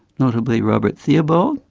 notably robert theobald,